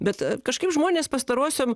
bet kažkaip žmonės pastarosiom